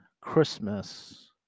Christmas